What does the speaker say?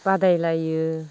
बादायलायो